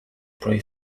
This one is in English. pre